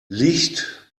licht